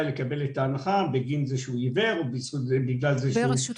לקבל את ההנחה בגין סיבה זו או אחרת.